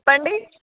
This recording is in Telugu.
చెప్పండి